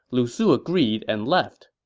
lu su agreed and left.